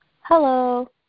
Hello